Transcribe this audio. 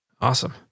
Awesome